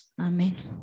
Amen